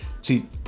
See